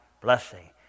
blessing